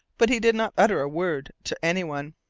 but he did not utter a word to anyone.